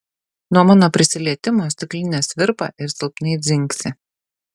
nuo mano prisilietimo stiklinės virpa ir silpnai dzingsi